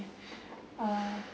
uh